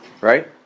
Right